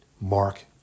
mark